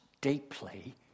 deeply